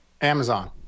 Amazon